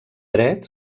dret